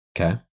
Okay